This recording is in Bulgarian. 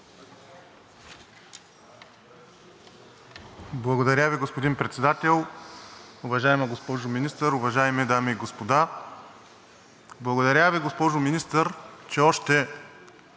Благодаря Ви, господин Председател. Уважаема госпожо Министър, уважаеми дами и господа! Благодаря Ви, госпожо Министър, че още